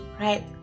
Right